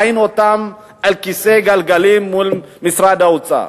ראינו אותם על כיסאות גלגלים מול משרד האוצר.